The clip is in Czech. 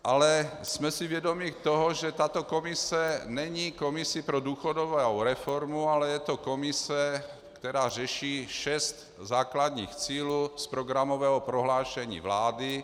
Ale jsme si vědomi toho, že tato komise není komisí pro důchodovou reformu, ale je to komise, která řeší šest základních cílů z programového prohlášení vlády.